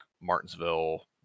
Martinsville